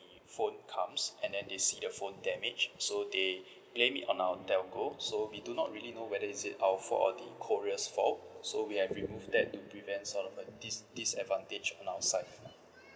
the phone comes and then they see the phone damaged so they blamed it on our telco so we do not really know whether is it our fault or the courier's fault so we have removed that to prevent sort of uh this disadvantage on our side